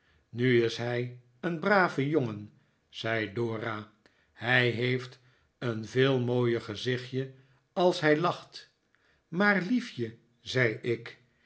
nu is hij een brave jongen zei dora hij heeft een veel mooier gezichtje als hij lacht maar liefje zei ik